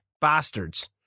Bastards